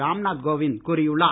ராம் நாத் கோவிந்த் கூறியுள்ளார்